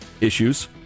issues